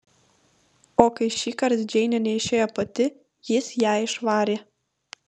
o kai šįkart džeinė neišėjo pati jis ją išvarė